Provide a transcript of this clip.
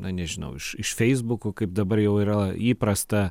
na nežinau iš iš feisbukų kaip dabar jau yra įprasta